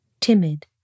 timid